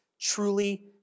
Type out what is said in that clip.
truly